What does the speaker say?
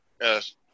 Yes